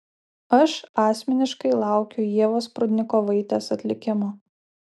aš asmeniškai laukiu ievos prudnikovaitės atlikimo